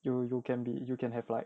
you you can be you can have like